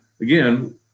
again